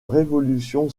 révolution